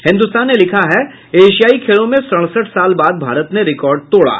हिन्दुस्तान ने लिखा है एशियाई खेलों में सढ़सठ साल बाद भारत ने रिकॉर्ड तोड़ा